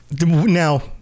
Now